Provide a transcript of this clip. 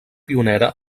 pionera